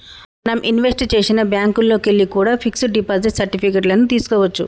మనం ఇన్వెస్ట్ చేసిన బ్యేంకుల్లోకెల్లి కూడా పిక్స్ డిపాజిట్ సర్టిఫికెట్ లను తీస్కోవచ్చు